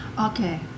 Okay